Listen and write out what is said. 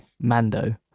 Mando